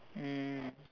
mm